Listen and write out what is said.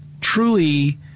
truly